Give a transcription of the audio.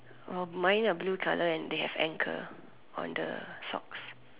oh mine a blue colour and they have anchor on the socks